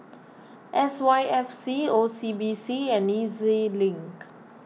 S Y F C O C B C and E Z Link